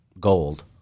gold